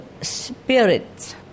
spirits